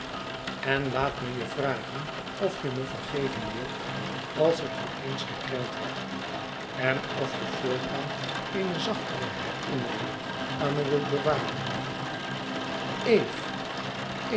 en laat me je vragen of je me vergeven wilt als ik je eens gekrenkt heb en of je voortaan eene zachtere herinnering aan me wilt bewaren